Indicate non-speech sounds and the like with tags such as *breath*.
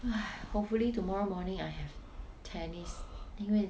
*breath* hopefully tomorrow morning I have tennis 因为